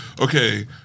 okay